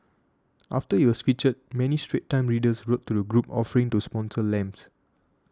after it was featured many Straits Times readers wrote to the group offering to sponsor lamps